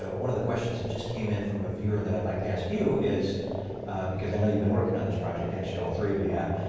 ah one of the questions that just came in from a viewer that i'd like to ask you is because i know you've been working on this project. actually, all three of you have.